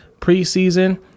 preseason